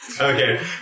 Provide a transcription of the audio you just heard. Okay